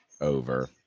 over